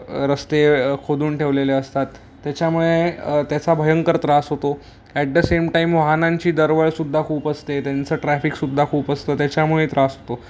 रस्ते खोदून ठेवलेले असतात त्याच्यामुळे त्याचा भयंकर त्रास होतो ॲट द सेम टाईम वाहनांची दरवळसुद्धा खूप असते त्यांचं ट्रॅफिकसुद्धा खूप असतं त्याच्यामुळे त्रास होतो